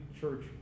church